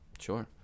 Sure